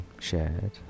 shared